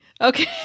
Okay